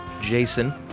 Jason